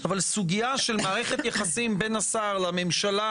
אבל סוגיה של מערכת יחסים בין השר לממשלה